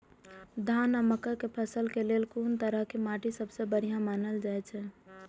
धान आ मक्का के फसल के लेल कुन तरह के माटी सबसे बढ़िया मानल जाऐत अछि?